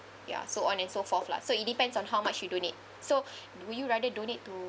ya so on and so forth lah so it depends on how much you donate so would you rather donate to